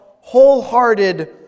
wholehearted